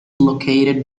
located